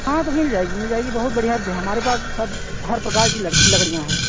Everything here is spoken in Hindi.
हाँ तो मिल जाएगी मिल जाएगी बहुत बढ़िया से हमारे पास सब हर प्रकार की लड़की लकड़ियाँ हैं